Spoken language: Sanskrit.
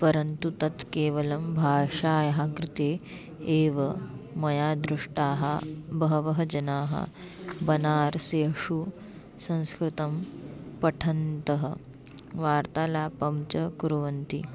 परन्तु तत् केवलं भाषायाः कृते एव मया दृष्टाः बहवः जनाः बनारसेषु संस्कृतं पठन्तः वार्तालापं च कुर्वन्ति